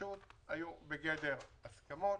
בגדר הסכמות.